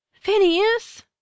Phineas